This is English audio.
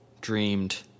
dreamed